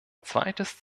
zweites